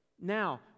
Now